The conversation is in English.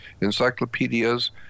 encyclopedias